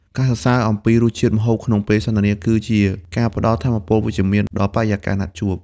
ការសរសើរអំពីរសជាតិម្ហូបក្នុងពេលសន្ទនា គឺជាការផ្ដល់ថាមពលវិជ្ជមានដល់បរិយាកាសណាត់ជួប។